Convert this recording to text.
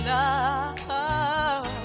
love